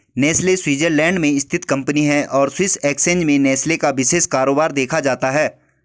Nestle Switzerland में स्थित company है और स्विस एक्सचेंज में नेस्ले का विशेष कारोबार देखा जाता है